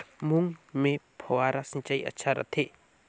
मूंग मे फव्वारा सिंचाई अच्छा रथे?